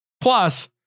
plus